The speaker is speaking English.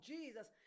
Jesus